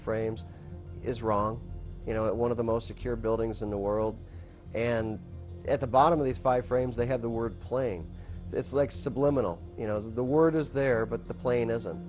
frames is wrong you know it one of the most secure buildings in the world and at the bottom of these five frames they have the word playing it's like subliminal you know the word is there but the plane isn't